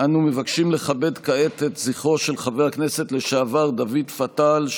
אנו מבקשים לכבד כעת את זכרו של חבר הכנסת לשעבר דוד פתל,